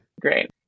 great